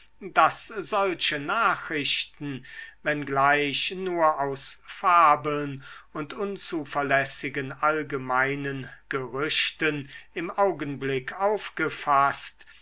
daß solche nachrichten wenngleich nur aus fabeln und unzuverlässigen allgemeinen gerüchten im augenblick aufgefaßt